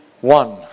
one